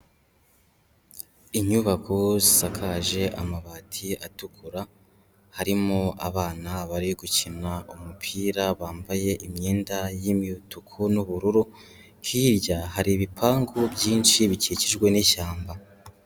Inyubako zisakaje amabati atukura, harimo abana bari gukina umupira bambaye imyenda y'imituku n'ubururu, hirya hari ibipangu byinshi bikikijwe n'ishyamba.